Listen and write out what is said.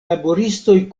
laboristoj